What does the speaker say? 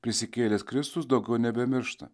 prisikėlęs kristus daugiau nebemiršta